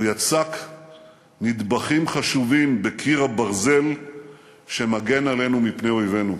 הוא יצק נדבכים חשובים בקיר הברזל שמגן עלינו מפני אויבינו.